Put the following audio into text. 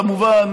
כמובן,